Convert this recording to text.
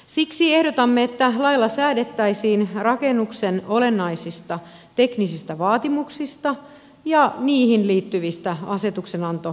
siksi ehdotamme että lailla säädettäisiin rakennuksen olennaisista teknisistä vaatimuksista ja niihin liittyvistä asetuksenantovaltuuksista